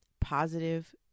positive